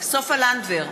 סופה לנדבר,